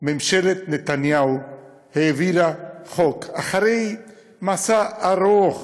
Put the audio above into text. ממשלת נתניהו העבירה חוק, אחרי מסע ארוך